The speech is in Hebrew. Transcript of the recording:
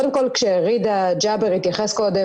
קודם כל כשרידא ג'אבר התייחס קודם